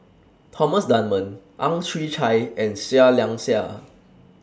Thomas Dunman Ang Chwee Chai and Seah Liang Seah